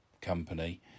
company